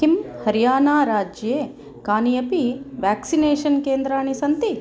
किं हरियाना राज्ये कानि अपि व्याक्सिनेषन् केन्द्राणि सन्ति